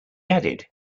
added